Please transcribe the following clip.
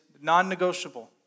non-negotiable